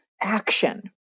action